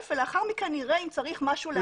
ולאחר מכן נראה אם צריך משהו לעשות.